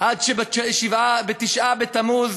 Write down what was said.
עד שבתשעה בתמוז